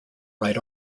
right